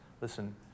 listen